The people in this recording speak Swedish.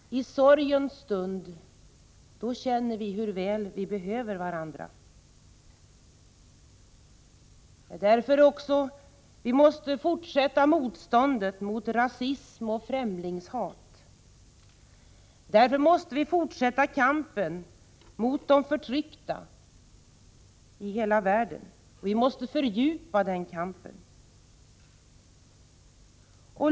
I sorgens stund känner vi hur väl vi behöver varandra. Därför måste vi också fortsätta motståndet mot rasism och främlingshat. Därför måste vi fortsätta kampen för de förtryckta i hela världen, och vi måste fördjupa den kampen.